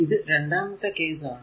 ഇത് രണ്ടാമത്തെ കേസ് ആണ്